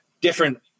different